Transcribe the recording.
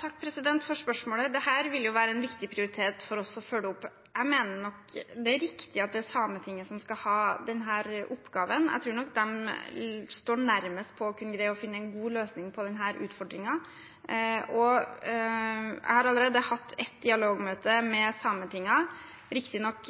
Takk for spørsmålet. Dette vil være en viktig prioritet for oss å følge opp. Jeg mener nok det er riktig at det er Sametinget som skal ha denne oppgaven – jeg tror de står nærmest for å greie å finne en god løsning på denne utfordringen. Jeg har allerede hatt et dialogmøte med Sametinget, riktignok